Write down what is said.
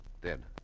dead